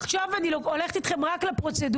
עכשיו אני הולכת איתכם רק לפרוצדורה,